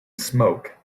smoke